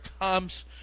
comes